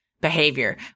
behavior